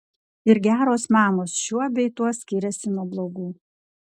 ir geros mamos šiuo bei tuo skiriasi nuo blogų